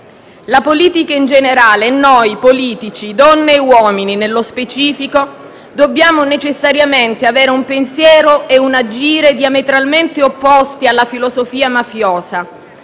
La politica in generale e noi politici, donne e uomini nello specifico, dobbiamo necessariamente avere un pensiero e un'agire diametralmente opposti alla filosofia mafiosa,